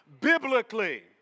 Biblically